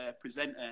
presenter